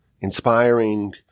inspiring